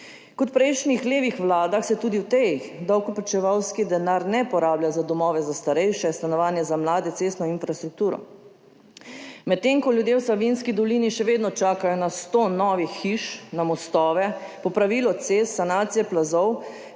Kot v prejšnjih levih vladah, se tudi v tej davkoplačevalski denar ne porablja za domove za starejše, stanovanja za mlade, cestno infrastrukturo, medtem ko ljudje v Savinjski dolini še vedno čakajo na 100 novih hiš, na mostove, popravilo cest, sanacije plazov,